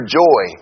joy